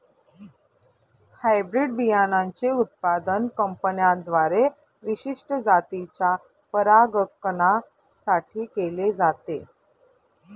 hybrid बियाणांचे उत्पादन कंपन्यांद्वारे विशिष्ट जातीच्या परागकणां साठी केले जाते